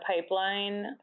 pipeline